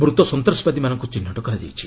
ମୂତ ସନ୍ତାସବାଦୀମାନଙ୍କୁ ଚିହ୍ନଟ କରାଯାଇଛି